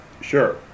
Sure